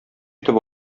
итеп